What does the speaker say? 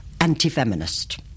anti-feminist